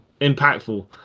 impactful